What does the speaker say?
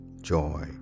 joy